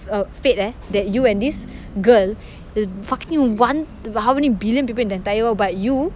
uh fate eh that you and this girl fucking one out of how many billion people in the entire world but you